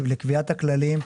לקביעת הכללים,